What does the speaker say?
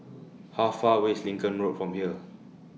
How Far away IS Lincoln Road from here